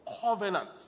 covenant